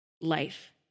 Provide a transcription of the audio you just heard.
life